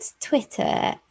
Twitter